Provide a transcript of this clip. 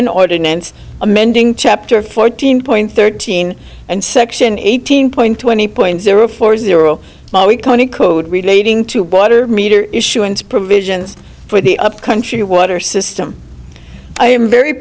an ordinance amending chapter fourteen point thirteen and section eighteen point twenty point zero four zero code relating to water meter issuance provisions for the upcountry water system i am very